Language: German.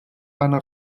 eine